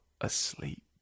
asleep